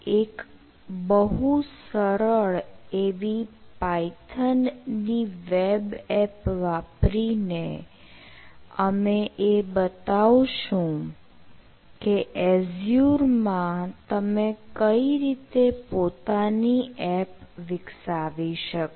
એક બહુ સરળ એવી પાયથન ની વેબ એપ વાપરીને અમે એ બતાવશું કે એઝ્યુર માં તમે કઈ રીતે તમારી પોતાની એપ વિકસાવી શકો